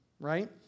right